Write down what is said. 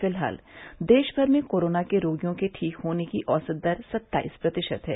फिलहाल देश भर में कोरोना के रोगियों के ठीक होने की औसत दर सत्ताईस प्रतिशत है